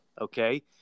okay